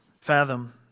fathom